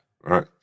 right